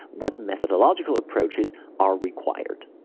what methodological approaches are required.